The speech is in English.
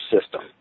system